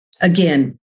Again